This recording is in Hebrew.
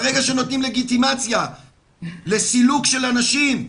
ברגע שנותנים לגיטימציה לסילוק של אנשים,